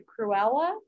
Cruella